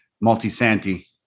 multi-Santi